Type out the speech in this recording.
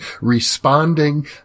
responding